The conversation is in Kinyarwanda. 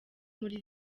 muri